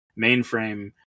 mainframe